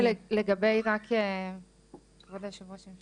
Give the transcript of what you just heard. כבוד היו"ר,